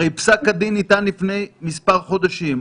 הרי פסק הדין ניתן לפני מספר חודשים.